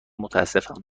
متاسفم